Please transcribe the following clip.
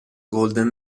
golden